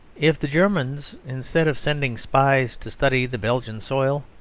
if the germans, instead of sending spies to study the belgian soil,